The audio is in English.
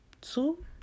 two